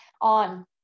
on